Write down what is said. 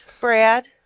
Brad